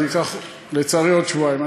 אז זה ייקח לצערי עוד שבועיים.